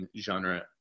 genre